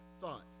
thought